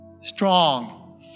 Strong